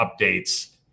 updates